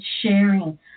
sharing